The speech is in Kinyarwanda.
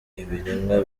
ibiremwa